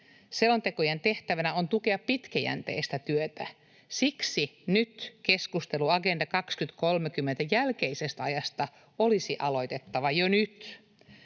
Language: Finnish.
Selontekojen tehtävänä on tukea pitkäjänteistä työtä, siksi keskustelu Agenda 2030 jälkeisestä ajasta olisi aloitettava jo nyt.